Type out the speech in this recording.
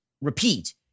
repeat